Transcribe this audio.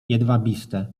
jedwabiste